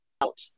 out